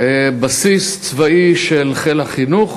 בסיס צבאי של חיל החינוך